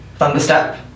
Thunderstep